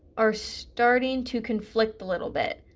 are starting to conflict a little bit,